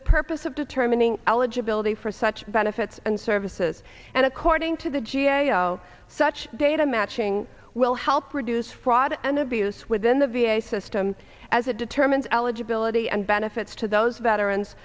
the purpose of determining eligibility for such benefits and services and according to the g a o such data matching will help reduce fraud and abuse within the v a system as it determines eligibility and benefits to those veterans